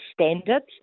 standards